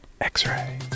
X-ray